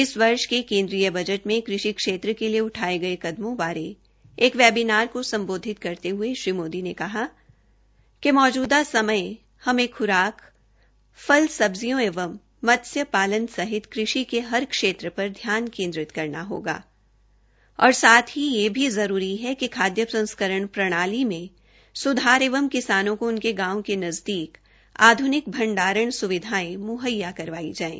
इस वर्ष के केन्द्रीय बजट मे कृषि क्षेत्र के लिए उठाये गये कदमों बारे एक वेबीनार को सम्बोधित करते हये श्री मोदी ने कहा कि मौजूदा समय हमें ख्राक फल सब्जियों एंव मत्स्य पालन सहित कृषि के हर क्षेत्र पर ध्यान केन्द्रित करना होगा और साथ ही यह जरूरी है कि खाद्य प्रसंस्करण प्रणाली में सुधार एवं किसानों को उनके गांव के नज़दीक आध्निक भंडारण स्विधयें मुहैया करवाई जाये